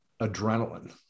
adrenaline